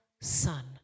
son